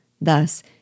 Thus